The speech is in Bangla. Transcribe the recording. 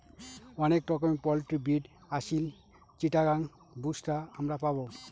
অনেক রকমের পোল্ট্রি ব্রিড আসিল, চিটাগাং, বুশরা আমরা পাবো